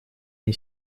мне